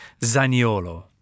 Zaniolo